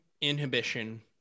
inhibition